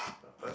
your turn